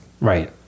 Right